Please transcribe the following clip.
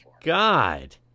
God